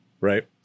right